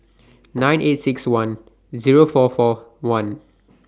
nine eight six one Zero four four one